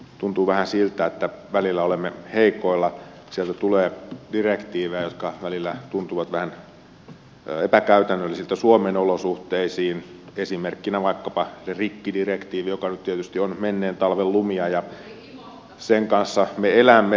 tuntuu vähän siltä että välillä olemme heikoilla sieltä tulee direktiivejä jotka välillä tuntuvat vähän epäkäytännöllisiltä suomen olosuhteisiin esimerkkinä vaikkapa rikkidirektiivi joka nyt tietysti on menneen talven lumia ja sen kanssa me elämme